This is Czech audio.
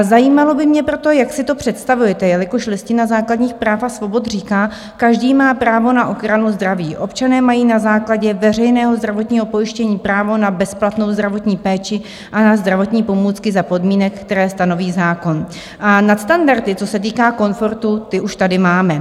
Zajímalo by mě proto, jak si to představujete, jelikož Listina základních práv a svobod říká, každý má právo na ochranu zdraví, občané mají na základě veřejného zdravotního pojištění právo na bezplatnou zdravotní péči a zdravotní pomůcky za podmínek, které stanoví zákon, a nadstandardy, co se týká komfortu, ty už tady máme.